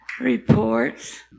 reports